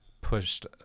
pushed